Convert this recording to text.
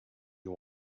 you